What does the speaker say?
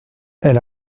elle